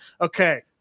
Okay